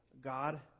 God